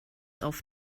auf